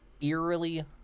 eerily